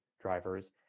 drivers